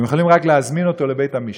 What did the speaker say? הם יכולים רק להזמין אותו לבית-משפט,